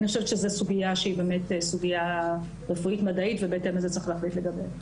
זו סוגיה שהיא באמת רפואית-מדעית ובהתאם לזה צריך להחליט לגביה.